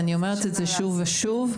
ואני אומרת את זה שוב ושוב,